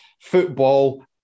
football